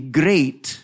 great